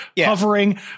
hovering